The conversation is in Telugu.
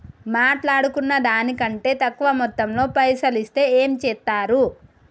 మాట్లాడుకున్న దాని కంటే తక్కువ మొత్తంలో పైసలు ఇస్తే ఏం చేత్తరు?